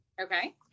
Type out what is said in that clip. Okay